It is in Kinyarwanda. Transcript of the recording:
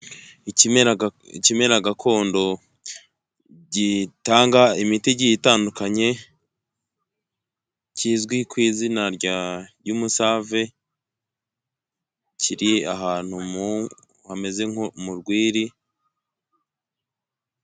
Ikimera gakondo gitanga imiti igiye itandiukanye kizwi ku izina ry'umusave, kiri ahantu hameze nko mu rwiri.